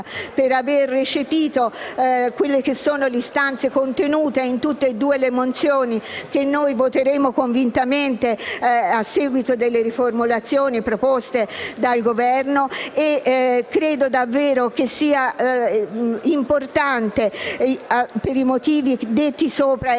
per aver recepito le istanze contenute nelle due mozioni, che noi voteremo convintamente a seguito delle riformulazioni proposte dal Governo. Credo davvero che sia importante, per i motivi già esposti